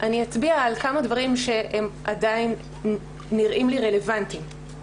אצביע על כמה דברים שעדיין נראים לי רלוונטיים.